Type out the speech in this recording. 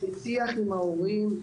בשיח עם ההורים,